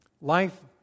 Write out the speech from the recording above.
life